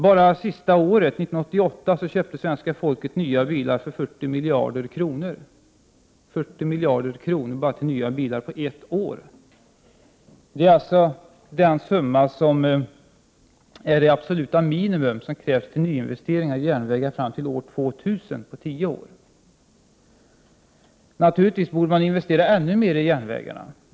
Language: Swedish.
Bara det sista året, 1988, köpte svenska folket nya bilar för 40 miljarder kronor — på ett år! Samma summa är det absoluta minimum som krävs för nyinvesteringar i järnvägar fram till 2000, alltså på 10 år. Naturligtvis borde man investera ännu mer i järnvägarna.